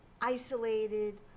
isolated